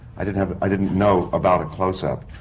i didn't have i didn't know about a closeup.